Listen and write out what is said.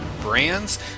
brands